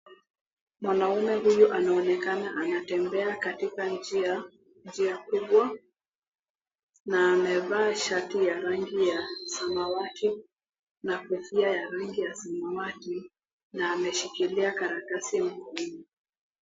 Mwanaume huyu anaonekana anatembea katika njia kubwa na amevaa shati ya rangi ya samawati na kofia ya rangi ya samawati na ameshikilia karatasi mkononi.